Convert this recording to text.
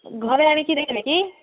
ଘରେ ଆଣିକି ଦେଇଥିଲେ କି